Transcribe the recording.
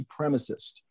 supremacist